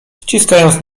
ściskając